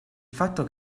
fatto